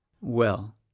Well